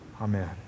Amen